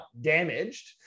damaged